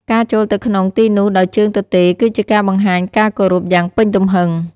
ការចូលទៅក្នុងទីនោះដោយជើងទទេរគឺជាការបង្ហាញការគោរពយ៉ាងពេញទំហឹង។